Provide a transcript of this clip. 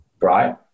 Right